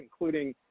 including